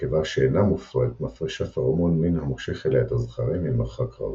נקבה שאינה מופרית מפרישה פרומון מין המושך אליה את הזכרים ממרחק רב.